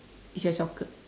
it's your soccer